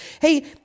hey